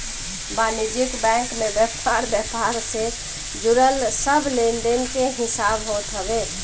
वाणिज्यिक बैंक में व्यापार व्यापार से जुड़ल सब लेनदेन के हिसाब होत हवे